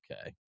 okay